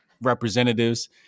representatives